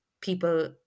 people